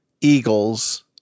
Eagles